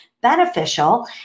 beneficial